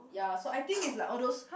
ya so I think it's like all those